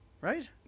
right